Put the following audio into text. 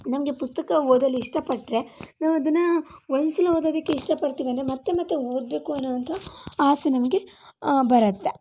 ನಮಗೆ ಪುಸ್ತಕ ಓದಲು ಇಷ್ಟ ಪಟ್ಟರೆ ನಾವು ಅದನ್ನು ಒಂದು ಸಲ ಓದೋದಕ್ಕೆ ಇಷ್ಟ ಪಡ್ತೀವಿ ಅಂದರೆ ಮತ್ತೆ ಮತ್ತೆ ಓದಬೇಕು ಅನ್ನುವಂಥ ಆಸೆ ನಮಗೆ ಬರುತ್ತೆ